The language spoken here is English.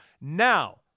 Now